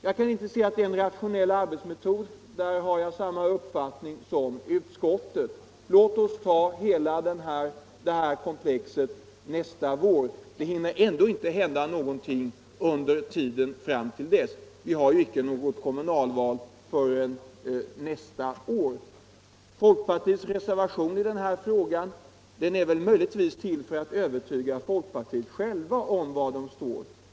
Jag kan inte se att det är en rationell arbetsmetod. Där har jag samma uppfattning som utskottet. Låt oss ta hela detta komplex nästa vår. Det hinner ändå inte genomföras någonting under tiden fram till dess. Inga kommunalval äger rum förrän nästa år. Folkpartiets reservation i denna fråga är väl möjligtvis till för att övertyga folkpartiet självt om var det står.